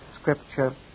scripture